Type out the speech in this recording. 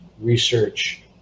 research